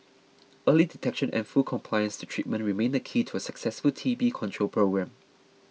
early detection and full compliance to treatment remain the key to a successful T B control programme